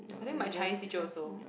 I think my Chinese teacher also